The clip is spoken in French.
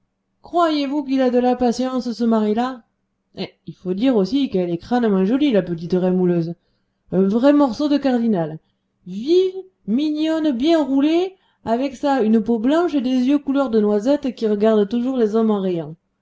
croyez-vous qu'il a de la patience ce mari là il faut dire aussi qu'elle est crânement jolie la petite rémouleuse un vrai morceau de cardinal vive mignonne bien roulée avec ça une peau blanche et des yeux couleur de noisette qui regardent toujours les hommes en riant